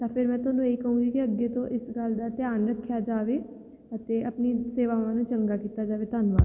ਤਾਂ ਫਿਰ ਮੈਂ ਤੁਹਾਨੂੰ ਇਹ ਕਹੂੰਗੀ ਕਿ ਅੱਗੇ ਤੋਂ ਇਸ ਗੱਲ ਦਾ ਧਿਆਨ ਰੱਖਿਆ ਜਾਵੇ ਅਤੇ ਆਪਣੀ ਸੇਵਾਵਾਂ ਨੂੰ ਚੰਗਾ ਕੀਤਾ ਜਾਵੇ ਧੰਨਵਾਦ